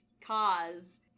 cause